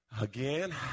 Again